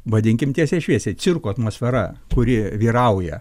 vadinkim tiesiai šviesiai cirko atmosfera kuri vyrauja